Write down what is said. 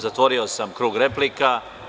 Zatvorio sam krug replika.